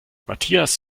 matthias